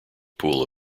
pool